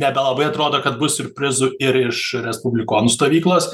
nebelabai atrodo kad bus siurprizų ir iš respublikonų stovyklos